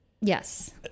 Yes